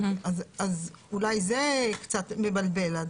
אולי זה קצת מבלבל.